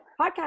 podcast